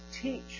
Teach